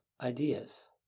ideas